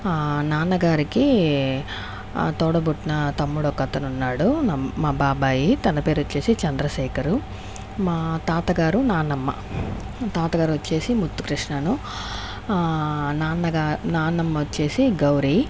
నాన్నగారికి తోడపుట్టిన తమ్ముడు ఒక అతను ఉన్నాడు మా బాబాయి తన పేరు వచ్చేసి చంద్రశేఖరు మా తాతగారు నాన్నమ్మ తాతగారు వచ్చేసి ముత్తు కృష్ణను నాన్నగా నాన్నమ్మ వచ్చేసి గౌరీ